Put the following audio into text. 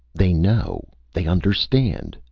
they know! they understand!